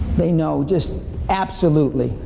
they know just absolutely,